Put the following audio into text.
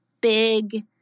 big